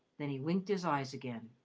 then he winked his eyes again.